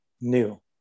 new